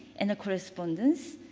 and the correspondence.